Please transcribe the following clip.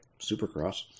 Supercross